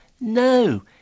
No